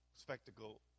spectacle